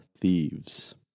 thieves